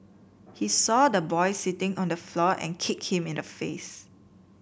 he saw the boy sitting on the floor and kicked him in the face